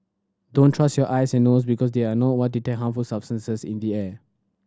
don't trust your eyes and nose because they are not what detect harmful substances in the air